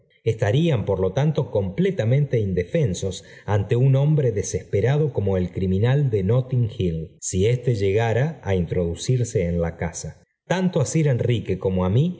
estarían por lo tanto completamente indefensos ante un hombre desesperado como el criminal de nótting hill si éste llegara á introducirse en la casa tanto á sir enrique como á mí